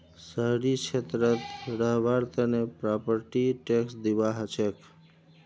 शहरी क्षेत्रत रहबार तने प्रॉपर्टी टैक्स दिबा हछेक